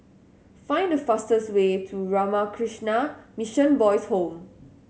find the fastest way to Ramakrishna Mission Boys' Home